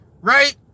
right